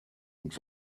und